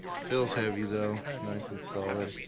feels heavy though nice and solid.